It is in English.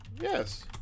Yes